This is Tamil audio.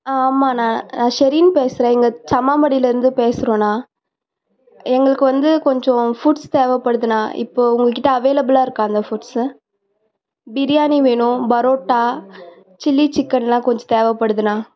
ஆ ஆமாண்ணா நான் ஷெரின் பேசுறேன் இங்கே சம்மாம்பாடிலருந்து பேசுகிறோம்ண்ணா எங்களுக்கு வந்து கொஞ்சம் ஃபுட்ஸ் தேவைப்படுதுண்ணா இப்போது உங்கக்கிட்ட அவைளப்பில்லா இருக்கா அந்த ஃபுட்ஸ்ஸு பிரியாணி வேணும் பரோட்டா சில்லி சிக்கென்லாம் கொஞ்சம் தேவைப்படுதுண்ணா